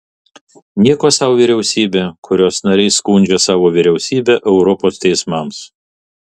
nieko sau vyriausybė kurios nariai skundžia savo vyriausybę europos teismams